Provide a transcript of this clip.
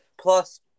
Plus